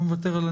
להסתייגויות.